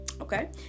Okay